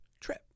trip